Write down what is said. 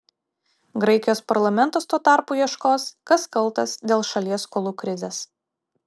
graikijos parlamentas tuo tarpu ieškos kas kaltas dėl šalies skolų krizės